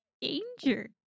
Danger